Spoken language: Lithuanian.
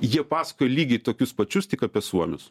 jie pasakoja lygiai tokius pačius tik apie suomius